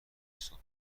صحبت